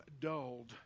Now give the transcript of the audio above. dulled